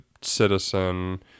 citizen